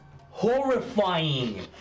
horrifying